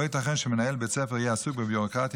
לא ייתכן שמנהל בית ספר יהיה עסוק בביורוקרטיה